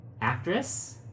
actress